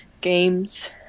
games